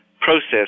process